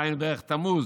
דהיינו בערך תמוז,